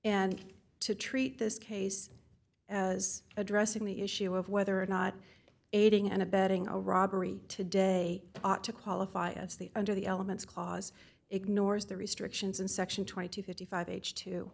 and to treat this case as addressing the issue of whether or not aiding and abetting a robbery today ought to qualify as the under the elements clause ignores the restrictions in section twenty to thirty five age t